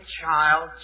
child